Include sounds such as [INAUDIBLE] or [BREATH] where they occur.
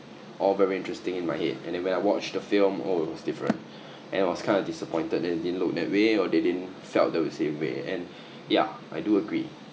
all very interesting in my head and then when I watched the film oh it was different [BREATH] and I was kind of disappointed they didn't look that way or they didn't felt the same way and ya I do agree